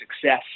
success